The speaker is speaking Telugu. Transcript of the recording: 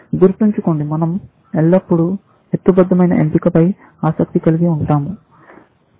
గుర్తుంచుకోండి మనం ఎల్లప్పుడూ హేతుబద్ధమైన ఎంపికపై ఆసక్తి కలిగి ఉంటాము